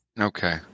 Okay